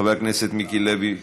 חבר הכנסת מיקי לוי,